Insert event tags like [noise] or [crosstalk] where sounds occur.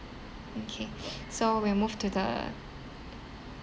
okay [noise] so we'll move to the